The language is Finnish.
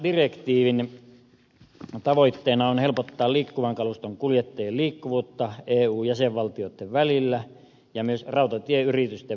veturinkuljettajadirektiivin tavoitteena on helpottaa liikkuvan kaluston kuljettajien liikkuvuutta eu jäsenvaltioiden välillä ja myös rautatieyritysten välillä